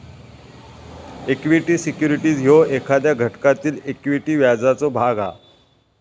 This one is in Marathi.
इक्वीटी सिक्युरिटीज ह्यो एखाद्या घटकातील इक्विटी व्याजाचो भाग हा